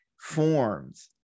forms